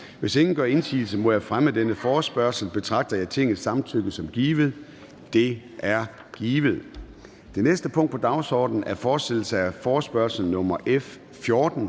Hvis ingen gør indsigelse mod at fremme denne forespørgsel, betragter jeg Tingets samtykke som givet. Det er givet. --- Det næste punkt på dagsordenen er: 2) Fortsættelse af forespørgsel nr. F 14